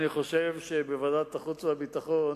אני חושב שבוועדת החוץ והביטחון